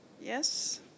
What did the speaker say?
Yes